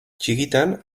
txikitan